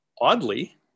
oddly